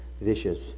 vicious